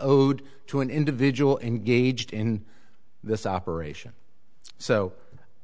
owed to an individual engaged in this operation so